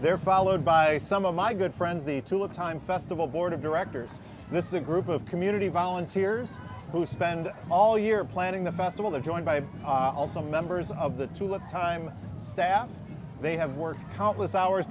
they're followed by some of my good friends the tulip time festival board of directors this is a group of community volunteers who spend all your planning the festival there joined by some members of the tulip time staff they have worked countless hours